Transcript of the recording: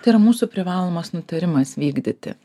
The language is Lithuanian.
tai yra mūsų privalomas nutarimas vykdyti